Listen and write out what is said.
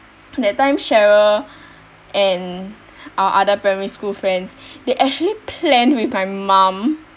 that time cheryl and our other primary school friends they actually planned with my mum